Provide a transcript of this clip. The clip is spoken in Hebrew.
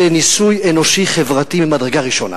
זה ניסוי אנושי חברתי ממדרגה ראשונה.